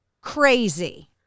crazy